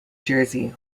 jersey